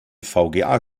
vga